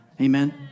amen